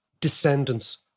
descendants